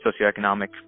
socioeconomic